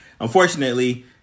Unfortunately